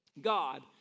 God